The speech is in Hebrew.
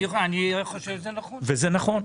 אני חושב שזה נכון.